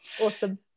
Awesome